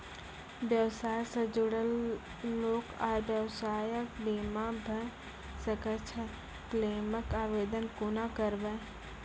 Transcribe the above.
व्यवसाय सॅ जुड़ल लोक आर व्यवसायक बीमा भऽ सकैत छै? क्लेमक आवेदन कुना करवै?